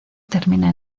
termina